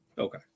Okay